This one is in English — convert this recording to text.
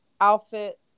outfit